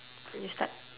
you start